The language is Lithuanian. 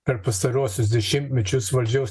per pastaruosius dešimtmečius valdžios